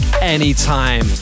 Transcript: anytime